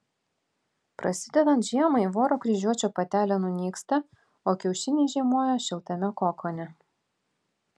prasidedant žiemai voro kryžiuočio patelė nunyksta o kiaušiniai žiemoja šiltame kokone